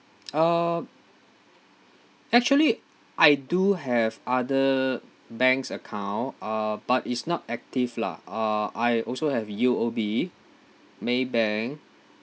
uh actually I do have other banks account uh but it's not active lah uh I also have U_O_B maybank